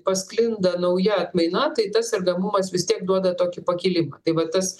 pasklinda nauja atmaina tai tas sergamumas vis tiek duoda tokį pakilimą tai vat tas